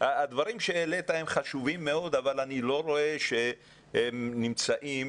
הדברים שהעלית הם חשובים מאוד אבל אני לא רואה שהם נמצאים